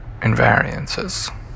invariances